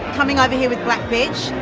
coming over here with black bitch,